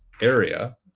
area